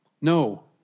No